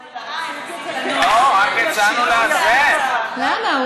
הרכב הוועדה השתנה לרעה, למה?